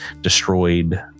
destroyed